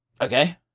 Okay